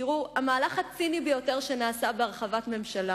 תראו, המהלך הציני ביותר שנעשה בהרחבת ממשלה